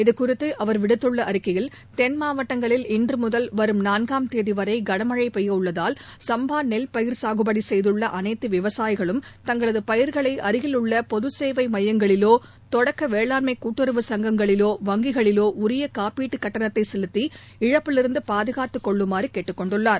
இதுகுறித்து அவா் விடுத்துள்ள அறிக்கையில் தென் மாவட்டங்களில் இன்றுமுதல் வரும் நான்காம் தேதிவரை கனமழை பெய்ய உள்ளதால் சுப்பா நெல் பயிர் சாகுபடி செய்துள்ள அனைத்து விவசாயிகளும் தங்களது பயிர்களை அருகிலுள்ள பொதுசேவை மையங்களிலோ தொடக்க வேளாண்மை கூட்டுறவு சங்கங்களிலோ வங்கிகளிலோ உரிய காப்பீட்டு கட்டணத்தை செலுத்தி இழப்பிலிருந்து பாதுகாத்து கொள்ளுமாறு கூறியுள்ளார்